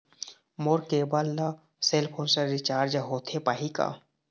मोर cable ला cell phone से recharge होथे पाही का?